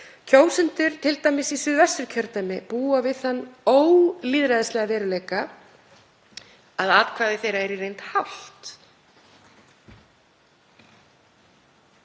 Kjósendur, t.d. í Suðvesturkjördæmi, búa við þann ólýðræðislega veruleika að atkvæði þeirra er í reynd hálft